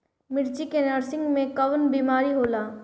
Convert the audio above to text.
मिर्च के नर्सरी मे कवन बीमारी होला?